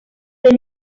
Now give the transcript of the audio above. dos